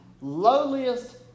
lowliest